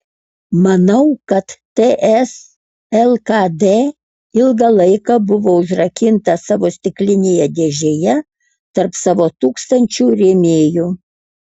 manau kad ts lkd ilgą laiką buvo užrakinta savo stiklinėje dėžėje tarp savo tūkstančių rėmėjų